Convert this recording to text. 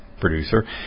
producer